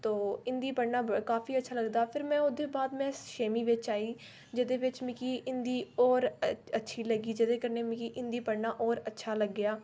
तू हिंदी पढ़ना काफी अच्छा लगदा फिर में ओह्दे बाद में छेमी बिच्च आई जेहदे बिच्च मिगी हिंदी ओर अच्छी लग्गी जेहदे कन्नै मिगी हिंदी पढ़ना और अच्छा लग्गेआ